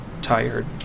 tired